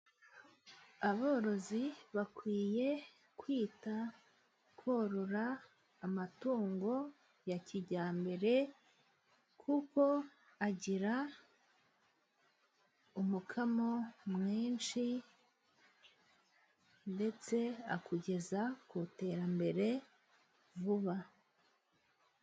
Aborozi bakwiye kwita korora amatungo ya kijyambere, kuko agira umukamo mwinshi ndetse akugeza ku iterambere vuba.